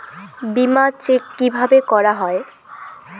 বিমা চেক কিভাবে করা হয়?